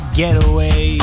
getaway